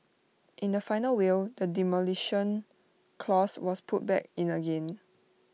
in the final will the Demolition Clause was put back in again